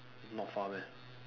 not far meh